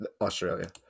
Australia